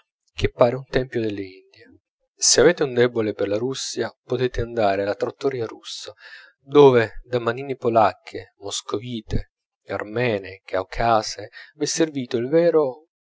che pare un tempio delle indie se avete un debole per la russia potete andare alla trattoria russa dove da manine polacche moscovite armene caucasee v'è servito il vero